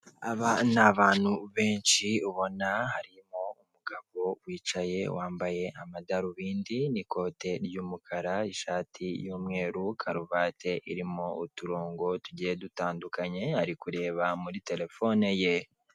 Aba ni abantu benshi ubona harimo umugabo wicaye wambaye amadarubindi n'ikote ry'umukara ishati y'umweru karuvati irimo uturongo tugiye dutandukanye ari kureba muri telefone ye.